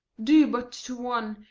due but to one,